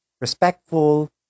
respectful